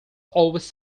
always